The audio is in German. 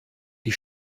die